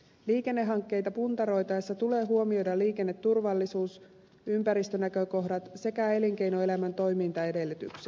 liikennehankkeita puntaroitaessa tulee huomioida liikenneturvallisuus ympäristönäkökohdat sekä elinkeinoelämän toimintaedellytykset